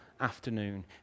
afternoon